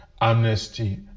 amnesty